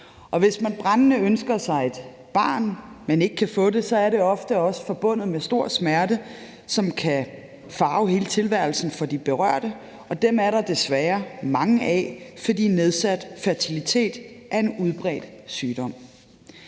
Og hvis man brændende ønsker sig et barn, men ikke kan få det, er det ofte også forbundet med stor smerte, som kan farve hele tilværelsen for de berørte, og dem er der desværre mange af, fordi nedsat fertilitet er en udbredt sygdom.